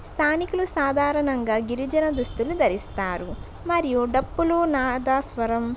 స్థానికులు సాధారణంగా గిరిజన దుస్తుల్ని ధరిస్తారు మరియు డప్పులు నాదస్వరం